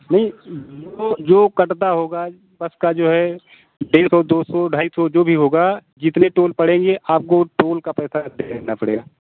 नही वो जो कटता होगा बस का जो है डेढ़ सौ दो सौ ढाई सौ जो भी होगा जितने टोल पड़ेंगे आपको वो टोल का पैसा देना पड़ेगा